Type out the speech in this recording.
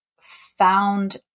found